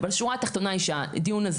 אבל השורה התחתונה היא שהדיון הזה